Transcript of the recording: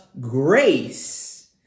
grace